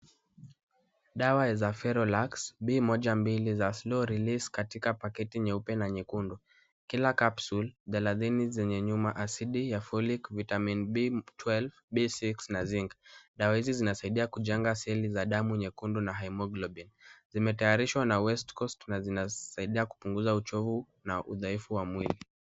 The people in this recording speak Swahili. Dawa za Ferolax B12 za Slow Release, katika paketi nyeupe na nyekundu. Kila capsule thelathini zenye nyuma asidi ya folik vitamini B12 na B6 na zinc. Dawa hizi zinasaidia kujenga seli za damu nyekundu na Haemoglobin. Zimetayarishwa na West Coast na zinasaidia kupunguza uchovu na udhaifu wa mwili.